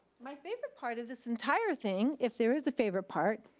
my favorite part of this entire thing, if there is a favorite part,